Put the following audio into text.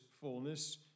fullness